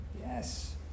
Yes